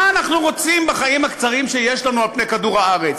מה אנחנו רוצים בחיים הקצרים שיש לנו על-פני כדור-הארץ?